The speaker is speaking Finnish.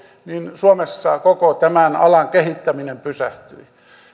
suomessa koko tämän alan kehittäminen pysähtyi